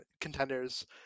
contenders